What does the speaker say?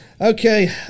Okay